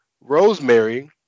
Rosemary